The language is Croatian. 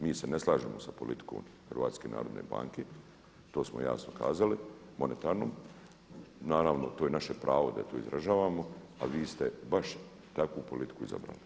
Mi se ne slažemo sa politikom HNB-a, to smo jasno kazali, monetarnom, naravno to je naše pravo da to izražavamo ali vi ste baš takvu politiku izabrali.